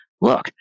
look